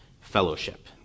fellowship